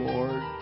Lord